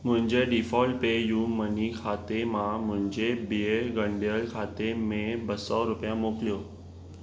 मुंहिंजे default PayU money खाते मां मुंहिंजे ॿिए ॻंढियल खाते में ॿ सौ रुपिया मोक्लियो